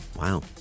Wow